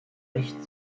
recht